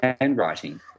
handwriting